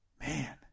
Man